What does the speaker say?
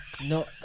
No